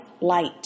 light